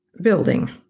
building